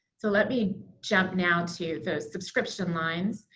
so let me jump now to those subscription lines,